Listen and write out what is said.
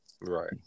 Right